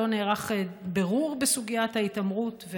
לא נערך בירור בסוגיית ההתעמרות,